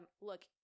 look